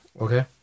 Okay